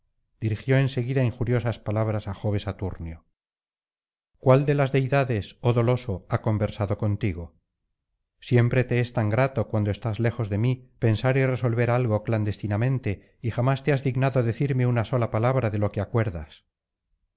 dirigió en seguida injuriosas palabras a jo saturno cuál de las deidades oh doloso ha conversado contigo siempre te es grato cuando estás lejos de mí pensar y resolver algo clandestinamente y jamás te has dignado decirme una sola palabra de lo que acuerdas